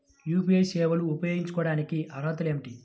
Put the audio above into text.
UPI సేవలు ఉపయోగించుకోటానికి అర్హతలు ఏమిటీ?